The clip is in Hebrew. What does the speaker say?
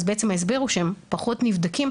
אז בעצם ההסבר הוא שהם פחות נבדקים,